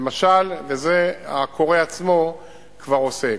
למשל, ואת זה הקורא עצמו כבר עושה.